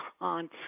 on